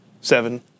seven